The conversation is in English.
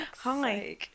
Hi